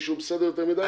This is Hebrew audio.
נפתור את זה בכללים.